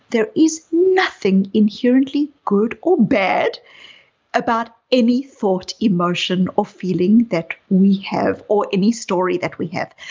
there is nothing inherently good or bad about any thought emotion or feeling that we have or any story that we have.